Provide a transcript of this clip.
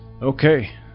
Okay